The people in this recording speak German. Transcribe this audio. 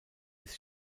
ist